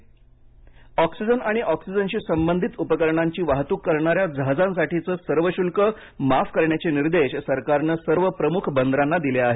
oxygen बंदरे oxygen आणि ऑक्सिजनशी संबंधित उपकरणांची वाहतूक करणाऱ्या जहाजांसाठीचे सर्व शुल्क माफ करण्याचे निर्देश सरकारने सर्व प्रमुख बंदरांना दिले आहेत